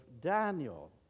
Daniel